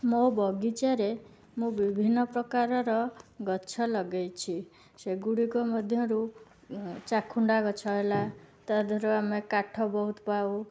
ମୋ ବଗିଚାରେ ମୁଁ ବିଭିନ୍ନପ୍ରକାରର ଗଛ ଲଗାଇଛି ସେଗୁଡ଼ିକ ମଧ୍ୟରୁ ଚାକୁଣ୍ଡାଗଛ ହେଲା ତା'ଦେହରୁ ଆମେ କାଠ ବହୁତ ପାଉ